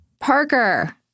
Parker